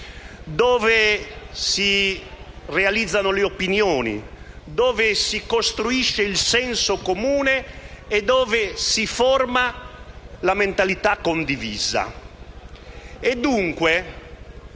dove si realizzano le opinioni, dove si costruisce il senso comune e dove si forma la mentalità condivisa.